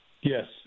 Yes